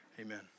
Amen